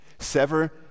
sever